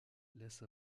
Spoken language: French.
laisse